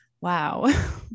Wow